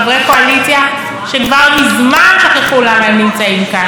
קואליציה שכבר מזמן שכחו למה הם נמצאים כאן.